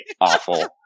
awful